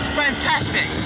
fantastic